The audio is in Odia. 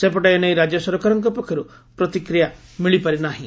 ସେପଟେ ଏନେଇ ରାଜ୍ୟ ସରକାରଙ୍କ ପକ୍ଷରୁ ପ୍ରତିକ୍ରିୟା ମିଳିପାରି ନାହିଁ